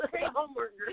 homework